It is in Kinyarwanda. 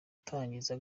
gutangiza